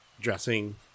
dressing